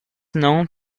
known